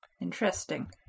Interesting